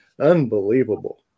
Unbelievable